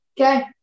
Okay